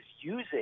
using